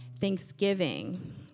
Thanksgiving